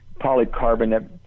polycarbonate